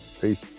Peace